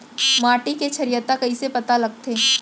माटी के क्षारीयता कइसे पता लगथे?